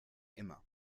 immer